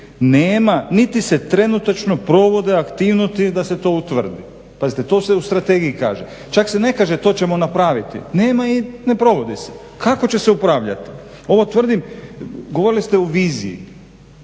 nema niti se trenutačno provode aktivnosti da se to utvrdi. Pazite, to se u strategiji kaže, čak se ne kaže to ćemo napraviti, nema i ne provodi se, kako će se upravljati. Govorili ste o viziji,